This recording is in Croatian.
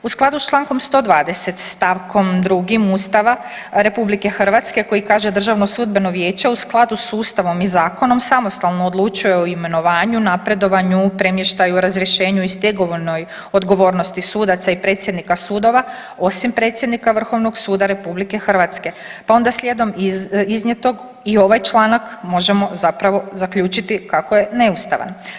U skladu s čl. 120. st. 2. Ustava RH koji kaže DSV u skladu s ustavom i zakonom samostalno odlučuje o imenovanju, napredovanju, premještaju, razrješenju i stegovnoj odgovornosti sudaca i predsjednika sudova osim predsjednika Vrhovnog suda RH, pa onda slijedom iznijetog i ovaj članak možemo zapravo zaključiti kako je neustavan.